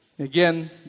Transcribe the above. Again